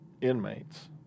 inmates